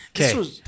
Okay